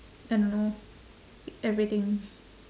I don't know everything